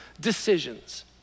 decisions